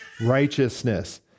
righteousness